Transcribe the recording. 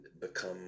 become